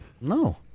No